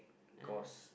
cost